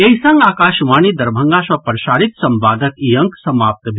एहि संग आकाशवाणी दरभंगा सँ प्रसारित संवादक ई अंक समाप्त भेल